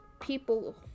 people